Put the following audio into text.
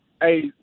Hey